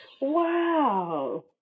Wow